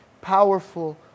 powerful